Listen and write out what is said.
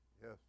Yes